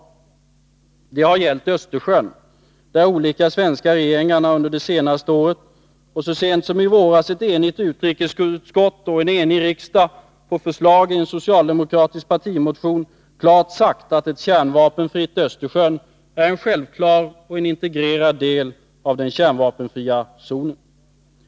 Det har gällt Östersjön, där olika svenska regeringar under den senaste tiden, och så sent som i våras ett enigt utrikesutskott och en enig riksdag, efter förslag i en socialdemokratisk partimotion, klart sagt att ett kärnvapenfritt Östersjön är en självklar och en integrerad del av den kärnvapenfria zonen.